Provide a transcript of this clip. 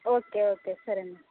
okay okay సరేనండి